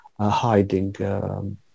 hiding